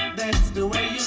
that's the way